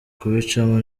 kubicamo